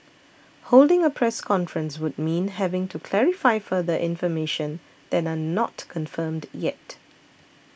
holding a press conference would mean having to clarify further information that are not confirmed yet